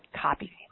copy